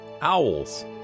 owls